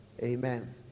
Amen